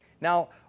Now